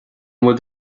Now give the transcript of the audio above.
bhfuil